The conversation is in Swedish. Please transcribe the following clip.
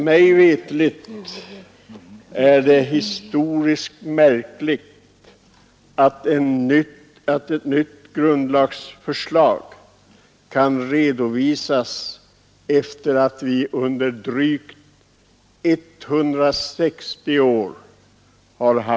Mig veterligt är det historiskt sett märkligt att när vi nu kan redovisa ett nytt förslag till grundlag har vi haft fred i landet under drygt 160 år.